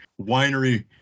winery